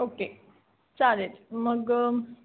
okay चालेल मग